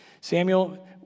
Samuel